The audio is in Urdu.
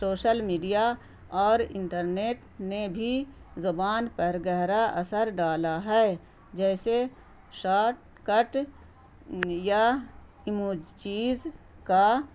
سوشل میڈیا اور انٹرنیٹ نے بھی زبان پر گہرا اثر ڈالا ہے جیسے شارٹ کٹ یا ایمو جیز کا